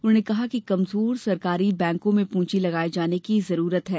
उन्होंने कहा कि कमजोर सरकारी बैंको में पूजी लगाए जाने की जरूरत है